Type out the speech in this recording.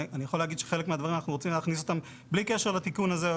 אנחנו רוצים להכניס חלק מהדברים בלי קשר לתיקון הזה,